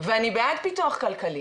ואני בעד פיתוח כלכלי,